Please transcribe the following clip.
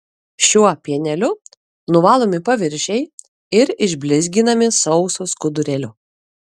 šiuo pieneliu nuvalomi paviršiai ir išblizginami sausu skudurėliu